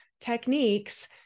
techniques